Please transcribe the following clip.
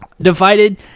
Divided